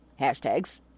hashtags